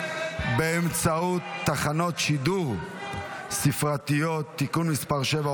באמצעות תחנות שידור ספרתיות (תיקון מס' 7,